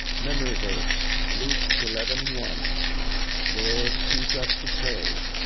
memory verse, luke eleven one lord, teach us to pray.